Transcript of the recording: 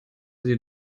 sie